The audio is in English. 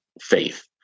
faith